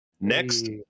Next